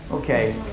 Okay